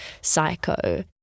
psycho